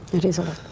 it is a